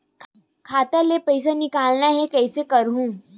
खाता ले पईसा निकालना हे, कइसे करहूं?